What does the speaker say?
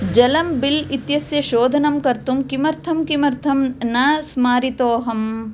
जलम् बिल् इत्यस्य शोधनं कर्तुं किमर्थं किमर्थं न स्मारितोऽहम्